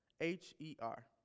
H-E-R